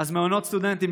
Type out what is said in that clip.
מעונות סטודנטים,